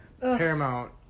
Paramount